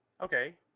Okay